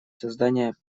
создания